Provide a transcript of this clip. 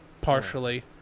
partially